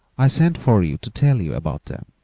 i sent for you to tell you about them.